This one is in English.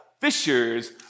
fishers